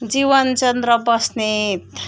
Jeevan Chandra Basnet